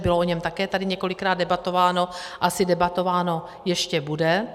Bylo o něm také tady několikrát debatováno a asi debatováno ještě bude.